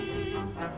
east